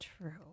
true